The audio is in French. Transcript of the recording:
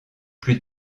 plus